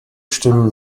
stimmen